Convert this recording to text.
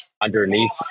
underneath